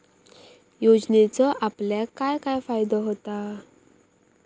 योजनेचो आपल्याक काय काय फायदो होता?